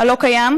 הלא-קיים,